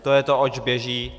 To je to, oč běží.